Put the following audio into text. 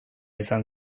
izan